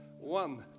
one